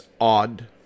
odd